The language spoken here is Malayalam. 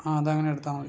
ആ അതെ അങ്ങനെ എടുത്താൽ മതി